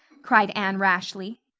cried anne rashly.